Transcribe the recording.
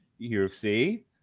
UFC